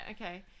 okay